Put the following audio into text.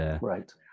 right